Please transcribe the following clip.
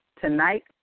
tonight